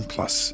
Plus